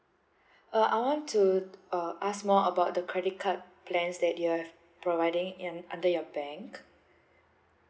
uh I want to uh ask more about the credit card plans that you have providing in under your bank